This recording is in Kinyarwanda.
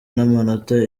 n’amanota